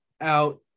out